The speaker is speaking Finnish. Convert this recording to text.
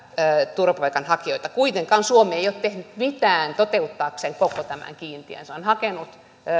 turvapaikanhakijoita kuitenkaan suomi ei ole tehnyt mitään toteuttaakseen koko tämän kiintiön se on hakenut